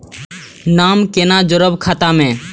नाम कोना जोरब खाता मे